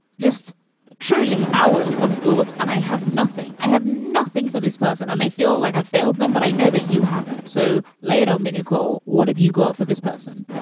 just truly hours of thought and i have nothing. i have nothing for this person and i feel like i failed them. but i know that you haven't. so, ledo menocal, what have you got for this person?